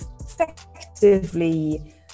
effectively